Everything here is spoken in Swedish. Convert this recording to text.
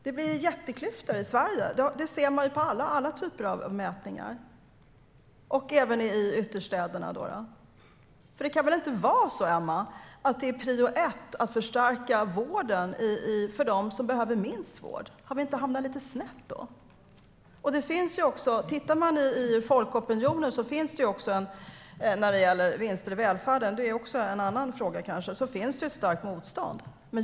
Det blir jätteklyftor i Sverige. Det ser man på alla typer av mätningar. Det gäller även ytterstäderna. Det kan väl inte vara prio ett, Emma, att förstärka vården för dem som behöver minst vård. Har vi inte hamnat lite snett då? Om man ser på folkopinionen när det gäller vinster i välfärden - vilket kanske är en annan fråga - finns det ett starkt motstånd.